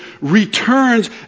returns